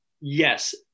Yes